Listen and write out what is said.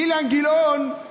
אילן גילאון,